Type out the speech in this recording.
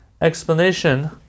explanation